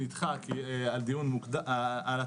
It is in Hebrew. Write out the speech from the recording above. בואו נראה כמה מיטות יש